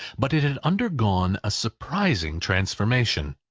but it had undergone a surprising transformation.